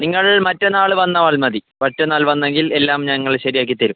നിങ്ങൾ മറ്റന്നാൾ വന്നാൽ മതി മറ്റന്നാൾ വന്നെങ്കിൽ എല്ലാം ഞങ്ങൾ ശരിയാക്കി തരും